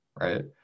right